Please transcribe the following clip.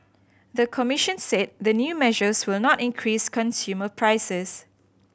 the commission said the new measures will not increase consumer prices